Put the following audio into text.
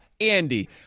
Andy